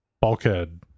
Bulkhead